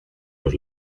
los